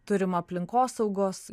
turim aplinkosaugos